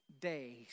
days